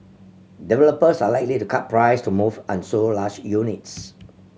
developers are likely to cut price to move unsold large units